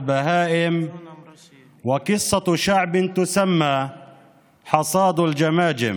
בהמות / וסיפורו של עם הנקרא בשם 'קציר גולגלות'